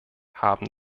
haben